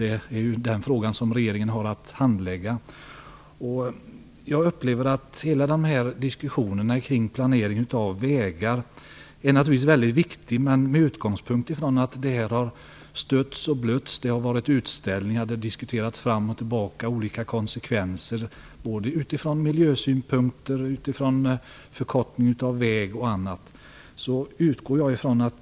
Det är den frågan som regeringen har att handlägga. Alla diskussioner kring planeringen av vägar är naturligtvis mycket viktiga, men detta har stötts och blötts, det har varit utställningar och det har diskuterats fram och tillbaka om olika konsekvenser utifrån miljösynpunkt, förkortning av väg osv.